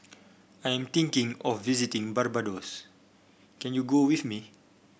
I am thinking of visiting Barbados can you go with me